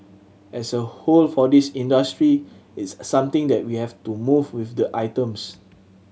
as a whole for this industry it's something that we have to move with the items